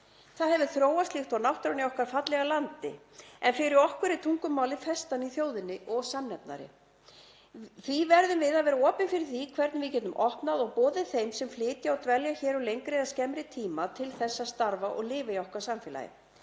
Það hefur þróast líkt og náttúran í okkar fallega landi en fyrir okkur er tungumálið festan í þjóðinni og samnefnari. Við verðum því að vera opin fyrir því hvernig við getum boðið þeim sem flytja hingað og dvelja hér um lengri eða skemmri tíma að starfa og lifa í okkar samfélagi.